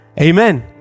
Amen